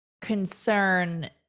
concern